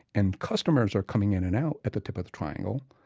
and customers are coming in and out at the tip of the triangle,